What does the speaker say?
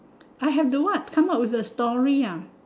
I have to what come out with a story ah